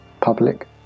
Public